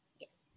Yes